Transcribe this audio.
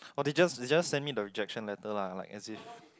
oh they just they just send me the rejection letter lah like as if